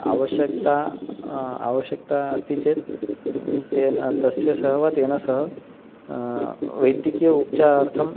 आवश्यकता आवश्यकता अस्ति चेत् तस्य सह वा तेन सह वैद्यकीयोपचारार्थं